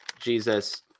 Jesus